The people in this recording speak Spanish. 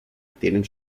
tienen